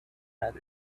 had